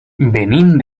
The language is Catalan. venim